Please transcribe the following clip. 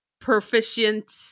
proficient